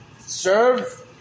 serve